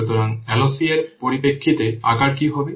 সুতরাং LOC এর পরিপ্রেক্ষিতে আকার কী হবে